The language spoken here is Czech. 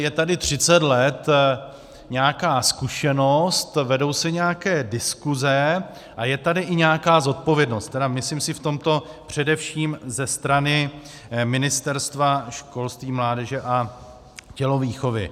Je tady 30 let nějaká zkušenost, vedou se nějaké diskuse a je tady i nějaká zodpovědnost, tedy myslím si v tomto především ze strany Ministerstva školství, mládeže a tělovýchovy.